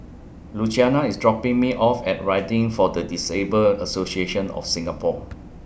Luciana IS dropping Me off At Riding For The Disabled Association of Singapore